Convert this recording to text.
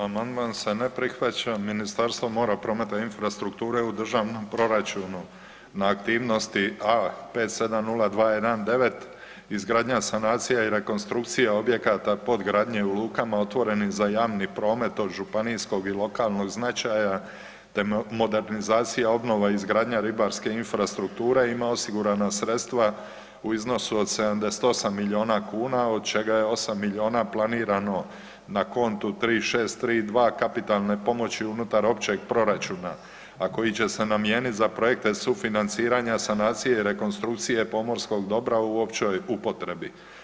Amandman se ne prihvaća, Ministarstvo mora, prometa i infrastrukture u državnom proračunu na aktivnosti A570219 izgradnja, sanacija i rekonstrukcija objekata podgradnje u lukama otvorenim za javni promet od županijskog i lokalnog značaja te modernizacija, obnova i izgradnja ribarske infrastrukture ima osigurana sredstva u iznosu od 78 miliona kuna od čega je 8 miliona planirano na kontu 3632 kapitalne pomoći unutar općeg proračuna, a koji će se namijeniti za projekte sufinanciranja, sanacije i rekonstrukcije pomorskog dobra u općoj upotrebi.